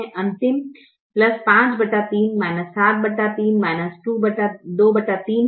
अंतिम 53 73 23 है